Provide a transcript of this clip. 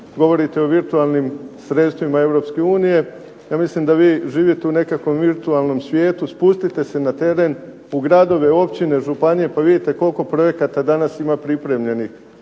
govorite o virtualnim sredstvima Europske unije. Ja mislim da vi živite u nekakvom virtualnom svijetu, spustite se na teret, u gradove, općine, županije, pa vidite koliko projekata danas ima pripremljenih,